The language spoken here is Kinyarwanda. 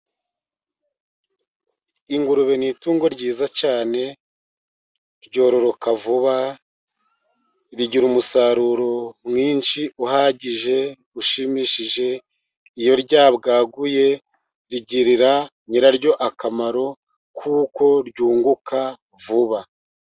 Ingurube ni itungo ryiza cyane ryororoka vuba, rigira umusaruro mwinshi uhagije ushimishije. Iyo ryabwaguye rigirira nyiraryo akamaro, kuko ryunguka vuba.